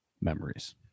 memories